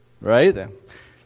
right